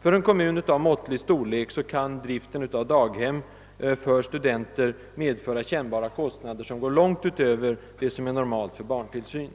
För en kommun av måttlig storlek kan driften av daghem för studenter medföra kännbara kostnader långt utöver det som är normalt för barntillsynen.